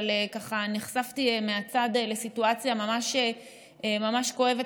אבל ככה נחשפתי מהצד לסיטואציה ממש כואבת,